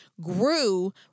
grew